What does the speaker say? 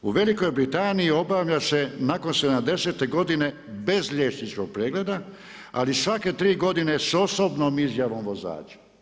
U Velikoj Britaniji obavlja se nakon 70-te godine bez liječničkog pregleda, ali svake tri godine s osobnom izjavom vozača.